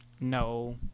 No